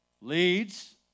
leads